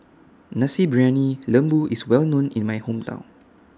Nasi Briyani Lembu IS Well known in My Hometown